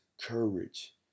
courage